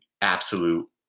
absolute